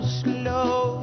slow